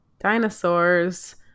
dinosaurs